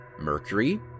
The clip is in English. Mercury